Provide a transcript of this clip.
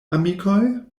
amikoj